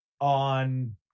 on